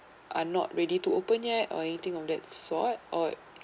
are not ready to open yet or anything of that sort or